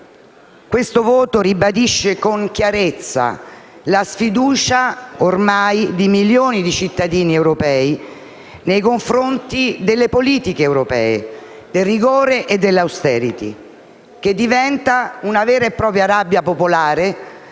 Questo voto ribadisce con chiarezza la sfiducia ormai di milioni di cittadini europei nei confronti delle politiche europee, del rigore e dell'*austerity*, sfiducia che diventa una vera e propria rabbia popolare